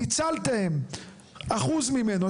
ניצלתם אחוז ממנו.